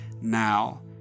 now